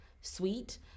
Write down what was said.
sweet